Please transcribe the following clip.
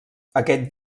aquest